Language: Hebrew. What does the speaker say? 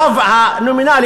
הרוב הנומינלי,